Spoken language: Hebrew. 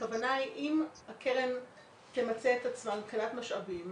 הכוונה היא, אם הקרן תמצה את עצמה מבחינת משאבים